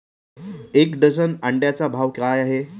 एक डझन अंड्यांचा भाव काय आहे?